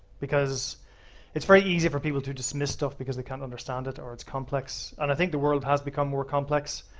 because it's very easy for people to dismiss stuff because they can't understand it, or it's complex. and i think the world has become more complex.